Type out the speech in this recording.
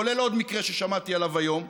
כולל עוד מקרה ששמעתי עליו היום?